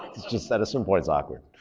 it's just at some point it's awkward.